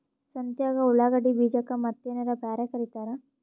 ಸಂತ್ಯಾಗ ಉಳ್ಳಾಗಡ್ಡಿ ಬೀಜಕ್ಕ ಮತ್ತೇನರ ಬ್ಯಾರೆ ಕರಿತಾರ?